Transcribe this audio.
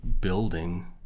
building